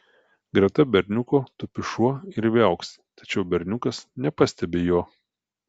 greta berniuko tupi šuo ir viauksi tačiau berniukas nepastebi jo